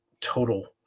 total